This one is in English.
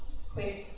it's quick,